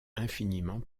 infiniment